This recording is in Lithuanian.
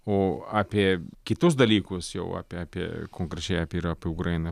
o apie kitus dalykus jau apie apie konkrečiai apie ir ukrainą